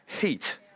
heat